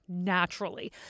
naturally